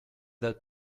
that